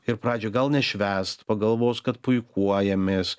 ir pradžioj gal nešvęst pagalvos kad puikuojamės